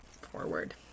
forward